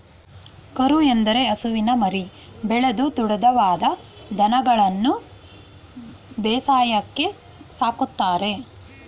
ಕರು ಎಂದರೆ ಹಸುವಿನ ಮರಿ, ಬೆಳೆದು ದೊಡ್ದವಾದ ದನಗಳನ್ಗನು ಬೇಸಾಯಕ್ಕೆ ಸಾಕ್ತರೆ